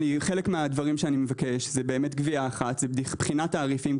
חלק מהדברים שאני מבקש זה גבייה אחת ובחינת תעריפים.